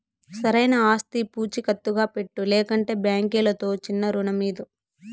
సరైన ఆస్తి పూచీకత్తుగా పెట్టు, లేకంటే బాంకీలుతో చిన్నా రుణమీదు